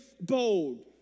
bold